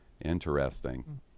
Interesting